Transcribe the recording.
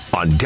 on